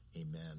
Amen